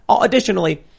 Additionally